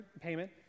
payment